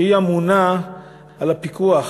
שאמונה על הפיקוח